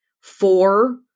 four